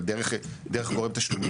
אבל דרך גורם תשלומים,